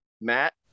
Matt